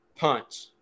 punch